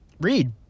read